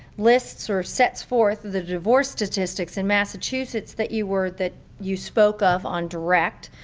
lists or sets forth the divorce statistics in massachusetts that you were that you spoke of on direct,